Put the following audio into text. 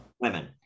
women